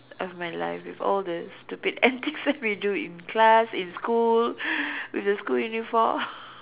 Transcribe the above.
of my life with all the stupid antics that we do in class in school with the school uniform